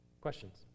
Questions